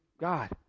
God